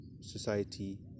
society